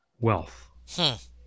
wealth